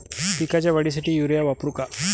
पिकाच्या वाढीसाठी युरिया वापरू का?